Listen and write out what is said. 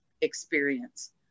experience